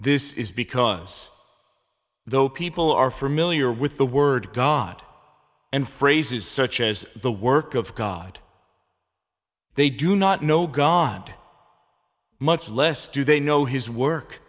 this is because those people are familiar with the word god and phrases such as the work of god they do not know god much less do they know his work